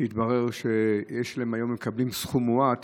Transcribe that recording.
שהתברר שהיום הם מקבלים סכום מועט